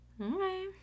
Okay